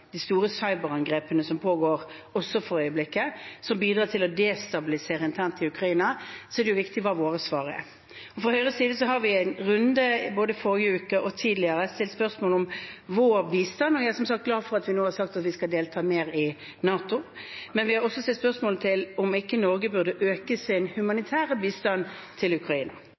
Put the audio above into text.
de store cyberangrepene som også pågår for øyeblikket, som bidrar til å destabilisere internt i Ukraina – er det viktig hva våre svar er. Fra Høyres side har vi i en runde, både forrige uke og tidligere, stilt spørsmål om vår bistand, og jeg er som sagt glad for at vi nå har sagt at vi skal delta mer i NATO. Men vi har også stilt spørsmålet om ikke Norge burde øke sin humanitære bistand til Ukraina.